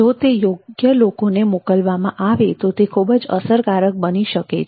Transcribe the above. જો તે યોગ્ય લોકોને મોકલવામાં આવે તો તે ખૂબ જ અસરકારક બની શકે છે